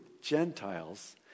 Gentiles